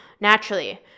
naturally